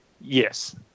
Yes